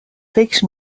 فکر